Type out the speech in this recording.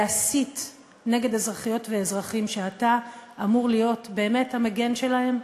להסית נגד אזרחיות ואזרחים שאתה אמור להיות באמת המגן שלהם,